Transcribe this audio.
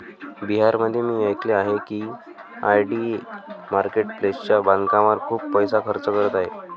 बिहारमध्ये मी ऐकले आहे की आय.डी.ए मार्केट प्लेसच्या बांधकामावर खूप पैसा खर्च करत आहे